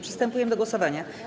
Przystępujemy do głosowania.